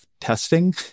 testing